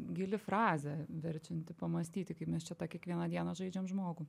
gili frazė verčianti pamąstyti kaip mes čia tą kiekvieną dieną žaidžiam žmogų